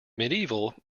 mediaeval